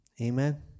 Amen